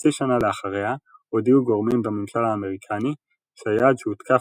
כחצי שנה לאחריה הודיעו גורמים בממשל האמריקני שהיעד שהותקף